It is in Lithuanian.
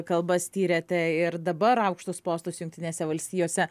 kalbas tyrėte ir dabar aukštus postus jungtinėse valstijose